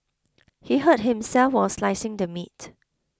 he hurt himself while slicing the meat